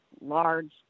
large